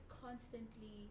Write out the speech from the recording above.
constantly